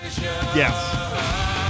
Yes